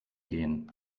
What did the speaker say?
gehen